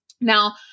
Now